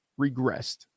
regressed